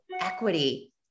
equity